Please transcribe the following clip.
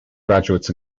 graduates